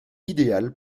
idéal